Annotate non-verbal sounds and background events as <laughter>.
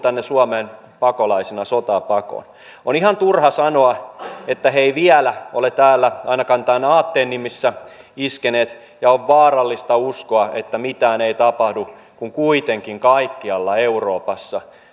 <unintelligible> tänne suomeen pakolaisena sotaa pakoon on ihan turha sanoa että he eivät vielä ole täällä ainakaan tämän aatteen nimissä iskeneet ja on vaarallista uskoa että mitään ei tapahdu kun kuitenkin kaikkialla euroopassa